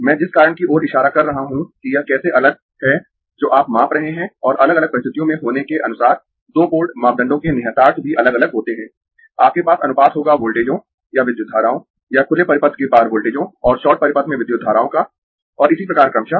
मैं जिस कारण की ओर इशारा कर रहा हूं कि यह कैसे अलग है जो आप माप रहे है और अलग अलग परिस्थितियों में होने के अनुसार दो पोर्ट मापदंडों के निहितार्थ भी अलग अलग होते है आपके पास अनुपात होगा वोल्टेजों या विद्युत धाराओं या खुले परिपथ के पार वोल्टेजों और शॉर्ट परिपथ में विद्युत धाराओं का और इसी प्रकार क्रमशः